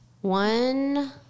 One